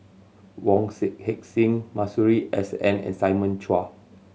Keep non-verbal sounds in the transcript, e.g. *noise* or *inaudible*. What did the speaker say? Wong *unintelligible* Heck Sing Masuri S N and Simon Chua